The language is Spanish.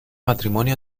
matrimonio